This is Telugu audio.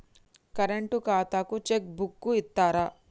కరెంట్ ఖాతాకు చెక్ బుక్కు ఇత్తరా?